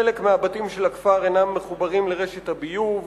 חלק מהבתים של הכפר אינם מחוברים לרשת הביוב,